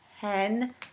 ten